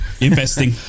investing